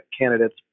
candidates